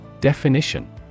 Definition